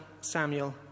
Samuel